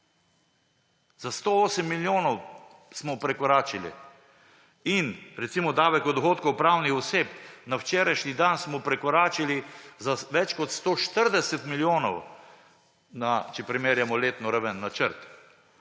Za 108 milijonov smo prekoračili! Recimo davek od dohodkov pravnih oseb, na včerajšnji dan smo prekoračili za več kot 140 milijonov, če primerjamo letno raven, načrt.